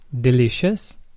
delicious